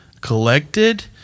collected